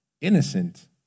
innocent